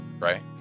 right